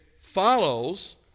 follows